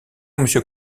monsieur